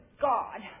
God